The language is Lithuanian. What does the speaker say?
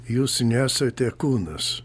jūs nesate kūnas